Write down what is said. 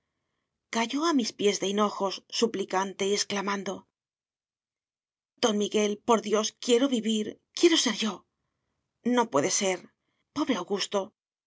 cayó a mis pies de hinojos suplicante y exclamando don miguel por dios quiero vivir quiero ser yo no puede ser pobre